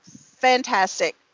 fantastic